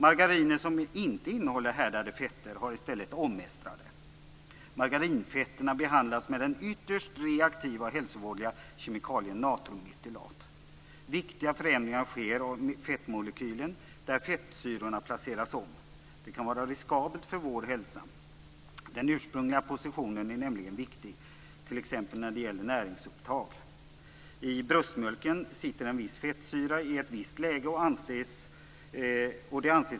Margariner som inte innehåller härdade fetter har i stället omestrade. Margarinfetterna behandlas med den ytterst reaktiva och hälsovådliga kemikalien natriummetylat. Viktiga förändringar sker av fettmolekylen, där fettsyrorna placeras om. Detta kan vara riskabelt för vår hälsa. Den ursprungliga positionen är nämligen viktig t.ex. när det gäller näringsupptag. I bröstmjölken sitter en viss fettsyra i ett visst läge.